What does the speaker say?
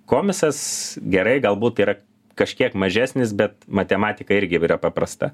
komisas gerai galbūt yra kažkiek mažesnis bet matematika irgi paprasta